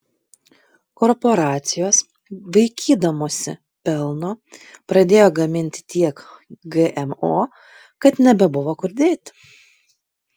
korporacijos vaikydamosi pelno pradėjo gaminti tiek gmo kad nebebuvo kur dėti